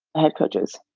head coaches.